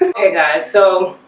hey guys, so